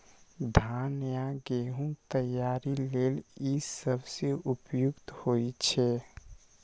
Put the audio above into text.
धान आ गहूम तैयारी लेल ई सबसं उपयुक्त होइ छै